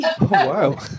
wow